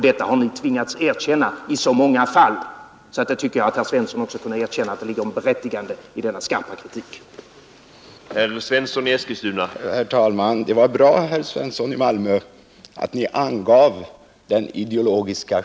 Det har ni tvingats erkänna i så många fall, att jag tycker att herr Svensson i Eskilstuna skulle kunna erkänna att denna skarpa kritik är berättigad.